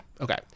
Okay